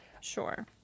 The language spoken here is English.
Sure